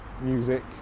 music